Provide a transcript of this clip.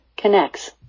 Connects